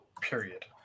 period